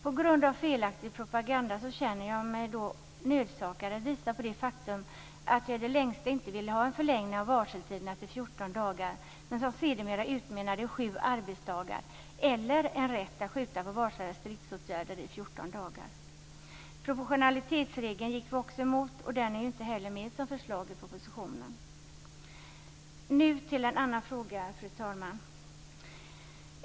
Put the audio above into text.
På grund av felaktig propaganda känner jag mig nödsakad att visa på det faktum att jag i det längsta inte ville ha en förlängning av varseltiderna till 14 dagar, som sedermera utmynnade i sju arbetsdagar eller en rätt att skjuta på varslade stridsåtgärder i 14 dagar. Proportionalitetsregeln gick vi också emot, och den är ju inte heller med som förslag i propositionen. Nu till en annan fråga, fru talman.